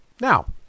Now